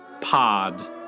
pod